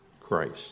Christ